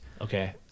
Okay